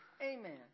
Amen